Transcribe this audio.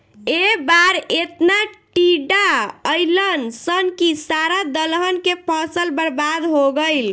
ए बार एतना टिड्डा अईलन सन की सारा दलहन के फसल बर्बाद हो गईल